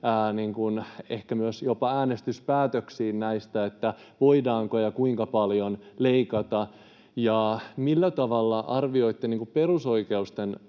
myös jopa äänestyspäätöksiin näistä, että voidaanko ja kuinka paljon leikata? Millä tavalla arvioitte perusoikeuksien